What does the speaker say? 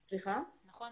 נכון,